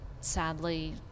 sadly